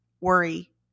worry